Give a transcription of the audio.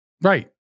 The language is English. Right